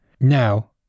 Now